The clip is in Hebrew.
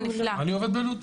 אני עובד בלוד.